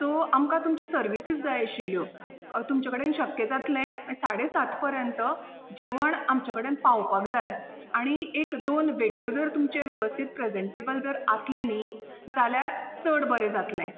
so आमकां तुमच्यो services जाय आशिल्ल्यो तुमचे कडेन शक्य जातलें साडे सात पर्यंत जेवण आमचें कडेन पावपाक जाय आनी एक दोन वेटर जर तुमचे वेवस्थीत प्रेजेंटेबल जर आसले नी जाल्यार चड बरें जातलें